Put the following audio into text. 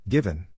Given